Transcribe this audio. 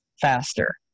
faster